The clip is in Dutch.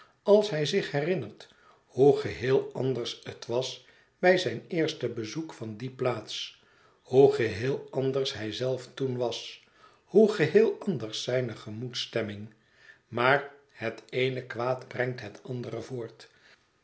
als hij zich herinnert hoe geheel anders het was bij zijn eerste bezoek van die plaats hoe geheel anders hij zelf toen was hoe geheel anders zijne gemoedsstemming maar het eene kwaad brengt het andere voort